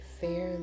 fairly